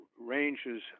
ranges